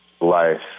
life